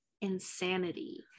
insanity